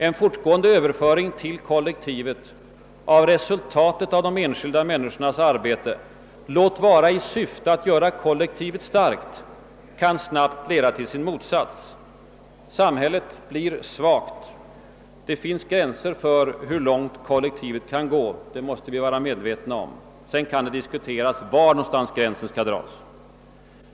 En fortgående överföring till kollektivet av resultatet av de enskilda människornas arbete — låt vara i syfte att göra kollektivet starkt — kan snabbt leda till sin motsats. Samhället blir svagt. Det finns gränser för hur långt kollektivet kan gå, det måste vi vara medvetna om. Det kan sedan diskuteras var gränsen skall dragas.